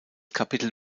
kapitel